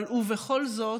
ובכל זאת,